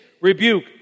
rebuke